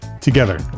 together